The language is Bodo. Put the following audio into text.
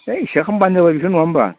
है हिसाब खालामब्लानो जाबाय बेखो नङा होमब्ला